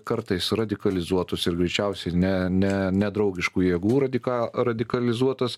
kartais radikalizuotus ir greičiausiai ne ne nedraugiškų jėgų radika radikalizuotas